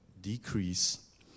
decrease